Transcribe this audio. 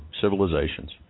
civilizations